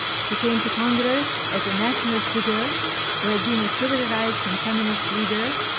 she came to congress as a national figure who had been a civil rights and feminist leader,